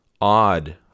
odd